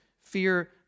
Fear